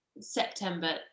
september